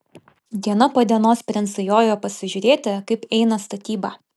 diena po dienos princai jojo pasižiūrėti kaip eina statyba